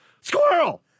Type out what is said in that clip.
Squirrel